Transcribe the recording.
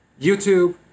YouTube